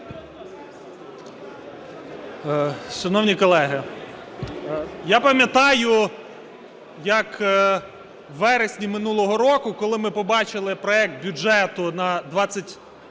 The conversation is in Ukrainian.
Шановні колеги, я пам'ятаю, як у вересні минулого року, коли ми побачили проект бюджету на 2021